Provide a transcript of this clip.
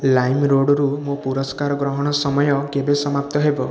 ଲାଇମ୍ରୋଡ଼୍ରୁ ମୋ ପୁରସ୍କାର ଗ୍ରହଣ ସମୟ କେବେ ସମାପ୍ତ ହେବ